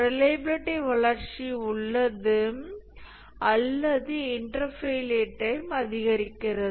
reliability வளர்ச்சி உள்ளது அல்லது இன்டர் ஃபெயிலியர் டைம் அதிகரிக்கிறது